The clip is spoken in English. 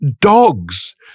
dogs